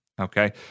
okay